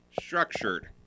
structured